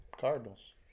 Cardinals